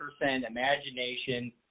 imagination